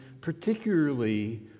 particularly